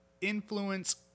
influence